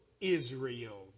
Israel